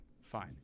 fine